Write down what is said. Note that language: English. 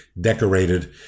decorated